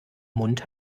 mund